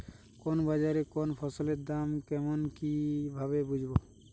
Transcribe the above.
কোন বাজারে কোন ফসলের দাম কেমন কি ভাবে বুঝব?